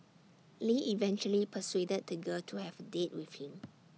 lee eventually persuaded the girl to have A date with him